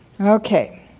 okay